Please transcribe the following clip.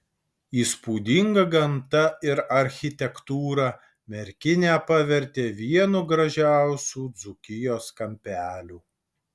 įspūdinga gamta ir architektūra merkinę pavertė vienu gražiausių dzūkijos kampelių